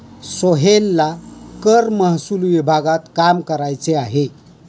सोहेलला कर महसूल विभागात काम करायचे आहे